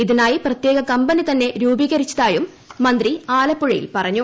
ഇതിനായി പ്രത്യേക കമ്പനി തന്നെ രൂപീകരിച്ചതായും മന്ത്രി ആലപ്പുഴയിൽ പറഞ്ഞു